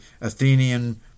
Athenian